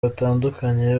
batandukanye